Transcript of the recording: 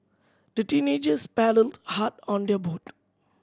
the teenagers paddled hard on their boat